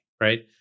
right